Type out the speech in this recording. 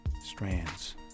strands